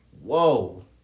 whoa